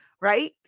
right